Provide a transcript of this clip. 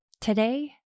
today